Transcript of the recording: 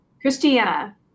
Christiana